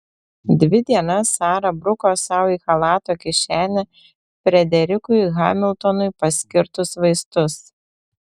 dvi dienas sara bruko sau į chalato kišenę frederikui hamiltonui paskirtus vaistus